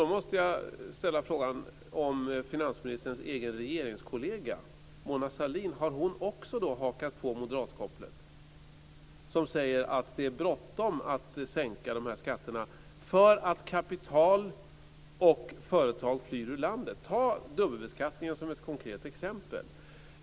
Då måste jag fråga om också finansministerns regeringskollega, Mona Sahlin, har hakat på moderatkopplet. Hon säger att det är bråttom med att sänka dessa skatter därför att kapital och företag flyr ur landet. Ta dubbelbeskattningen som ett konkret exempel!